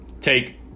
take